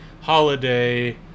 holiday